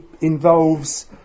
involves